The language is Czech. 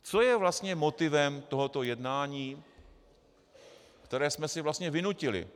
Co je vlastně motivem tohoto jednání, které jsme si vlastně vynutili?